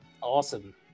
awesome